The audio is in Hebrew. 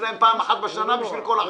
אצלם פעם אחת בשנה בשביל כל החיים.